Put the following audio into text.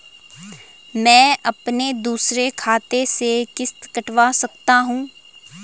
मैं अपने दूसरे खाते से किश्त कटवा सकता हूँ?